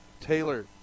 Taylor